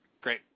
Great